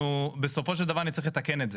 אנחנו בסופו של דבר נצטרך לתקן את זה.